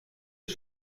ist